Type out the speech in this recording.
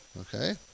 Okay